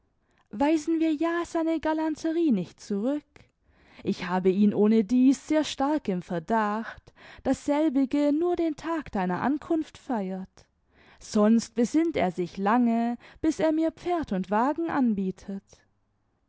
weisen wir ja seine galanterie nicht zurück ich habe ihn ohnedieß sehr stark im verdacht das selbige nur den tag deiner ankunft feiert sonst besinnt er sich lange bis er mir pferd und wagen anbietet